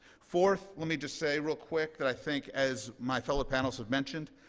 fourth, let me just say real quick that i think as my fellow panels have mentioned,